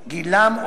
גילם,